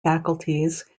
faculties